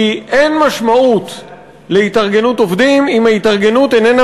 כי אין משמעות להתארגנות עובדים אם ההתארגנות איננה